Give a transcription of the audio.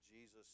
Jesus